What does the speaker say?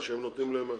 שנותנים להם מה?